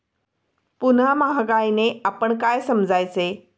पुन्हा महागाईने आपण काय समजायचे?